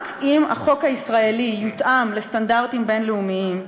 רק אם החוק הישראלי יותאם לסטנדרטים בין-לאומיים,